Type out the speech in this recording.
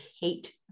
hate